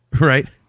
right